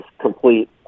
complete